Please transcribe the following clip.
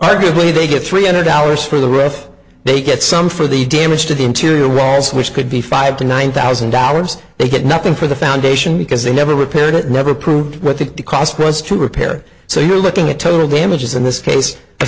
arguably they get three hundred dollars for the f they get some for the damage to the interior walls which could be five to nine thousand dollars they did nothing for the foundation because they never repaired it never proved what the cost was to repair so you're looking at total damages in this case